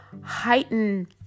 Heighten